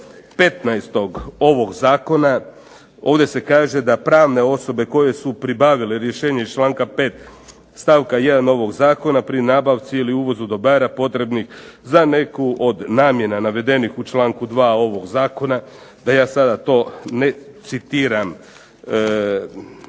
15. ovog zakona, ovdje se kaže da pravne osobe koje su pribavile rješenje iz članka 5. stavka 1. ovog zakona pri nabavci ili uvozu dobara potrebnih za neku od namjena navedenih u članku 2. ovog zakona, da ja sada to ne citiram,